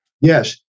Yes